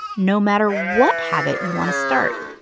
no matter what habit you want to start.